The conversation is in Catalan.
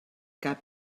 cap